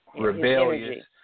Rebellious